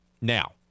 Now